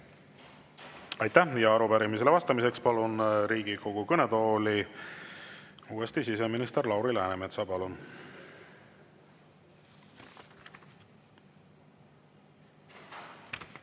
Aitäh! Arupärimisele vastamiseks palun Riigikogu kõnetooli uuesti siseminister Lauri Läänemetsa. Palun!